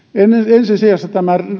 ensi sijassa